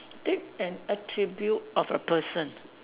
take an attribute of a person